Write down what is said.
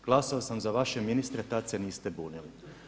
Glasovao sam za vaše ministre, tad se niste bunili.